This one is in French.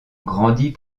grandit